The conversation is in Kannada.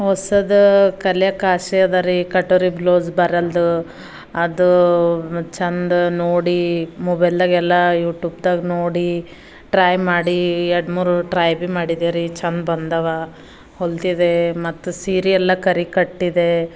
ಹೊಸದು ಕಲಿಯೋಕೆ ಆಸೆ ಅದರಿ ಕಟ್ಟರಿ ಬ್ಲೌಸ್ ಬರಲ್ದು ಅದು ಚೆಂದ ನೋಡಿ ಮೊಬೈಲ್ದಾಗೆಲ್ಲ ಯು ಟ್ಯೂಬ್ದಾಗ ನೋಡಿ ಟ್ರೈ ಮಾಡಿ ಎರಡು ಮೂರು ಟ್ರೈ ಭೀ ಮಾಡಿದ್ದೇವೆ ರೀ ಚೆಂದ ಬಂದವ ಹೊಲ್ದಿದ್ದೆ ಮತ್ತು ಸೀರೆಯೆಲ್ಲ ಕರಿ ಕಟ್ಟಿದೆ